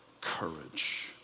courage